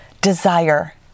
desire